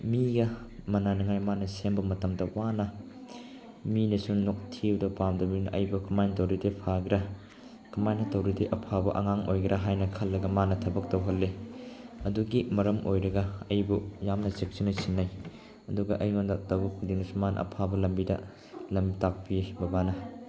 ꯃꯤꯒ ꯃꯥꯟꯅꯅꯡꯉꯥꯏ ꯃꯥꯅ ꯁꯦꯝꯕ ꯃꯇꯝꯗ ꯋꯥꯅ ꯃꯤꯅꯁꯨ ꯅꯣꯛꯊꯤꯕꯗꯨ ꯄꯥꯝꯗꯕꯅꯤꯅ ꯑꯩꯕꯨ ꯀꯃꯥꯏꯅ ꯇꯧꯔꯗꯤ ꯐꯒꯗ꯭ꯔ ꯀꯃꯥꯏꯅ ꯇꯧꯔꯗꯤ ꯑꯐꯕ ꯑꯉꯥꯡ ꯑꯣꯏꯒꯗ꯭ꯔ ꯍꯥꯏꯅ ꯈꯜꯂꯒ ꯃꯥꯅ ꯊꯕꯛ ꯇꯧꯍꯜꯂꯤ ꯑꯗꯨꯒꯤ ꯃꯔꯝ ꯑꯣꯏꯔꯒ ꯑꯩꯕꯨ ꯌꯥꯝꯅ ꯆꯦꯛꯁꯤꯟꯅ ꯁꯦꯟꯅꯩ ꯑꯗꯨꯒ ꯑꯩꯉꯣꯟꯗ ꯇꯧꯕ ꯈꯨꯗꯤꯡꯃꯛ ꯃꯥꯅ ꯑꯐꯕ ꯂꯝꯕꯤꯗ ꯂꯝ ꯇꯥꯛꯄꯤ ꯕꯕꯥꯅ